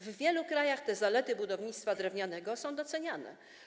W wielu krajach te zalety budownictwa drewnianego są doceniane.